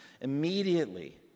Immediately